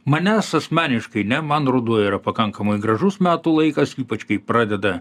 manęs asmeniškai ne man ruduo yra pakankamai gražus metų laikas ypač kai pradeda